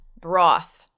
broth